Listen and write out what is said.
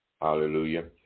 Hallelujah